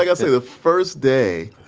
like so the first day,